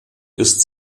ist